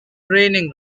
raining